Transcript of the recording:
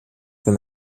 für